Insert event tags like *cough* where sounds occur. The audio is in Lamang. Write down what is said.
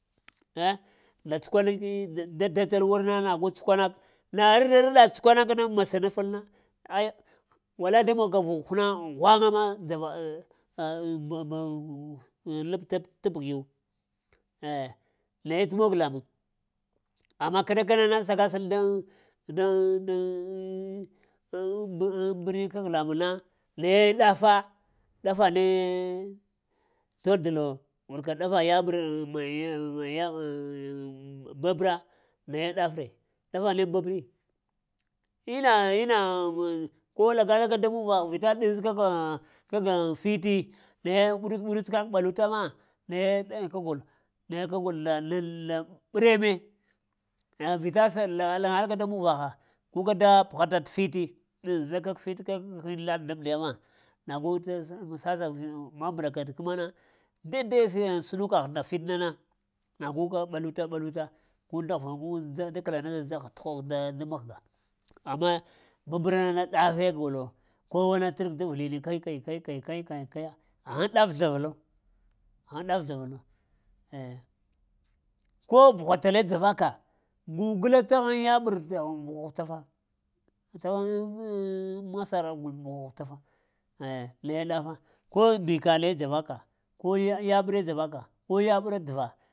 Ah, nda tsəkwa nakin da datal wurna nag tsəkwanak na ar-arɗa tsəkwanakna masa-ɗafalna ai walai da mogka vuk həkna ghwaŋama dzava *hesitation* labka tə bəgyu eh naye tə mog lamuŋ amma kə ɗakana na sagasal daŋ-daŋ *hesitation* bərni kəg lamuŋna naye ɗafa ɗafane tod-lo wurka ɗafa yabər maiya *hesitation* babra d naye ɗafree ɗafa neh aŋ babri inna-inna lamuŋ ko lagalaka daŋ muvah vita ɗiz kə-kəg fiti naye ɓuruts-ɓuruts kək ɓalutama naye kagol, naye kagol na-na nda bəreme ah vita sa lagalaka daŋ muvaha guka da pəghata tə fiti diza kəg fit lata daŋ-mədiya ma nagu tə maŋ *hesitation* mbəm-mbuɗaka tə kəmana dai-dai sumukəghna fit nana naguka ɓaluta-ɓaluta gu da ghəmadza da kəlanata dzagha tə hogho da-da mahga, amma babərna na ɗafe golo, kowana tə rog davlini kai-kai-kai-kaiya aghaŋ ɗaf zlavalo, aghaŋ ɗaf zlavalo eh, ko buha tale dzavaka gugla təgh yaɓər aŋ buhu hutafa, təw *hesitation* masara gul buha hutafa ai naye ɗafa ko mbikale dzaraka ko ya-yaɓerre dzaraka ko yaɓəra bəra.